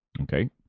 Okay